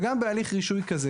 וגם בהליך רישוי כזה,